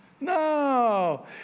No